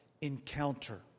encounter